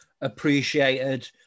appreciated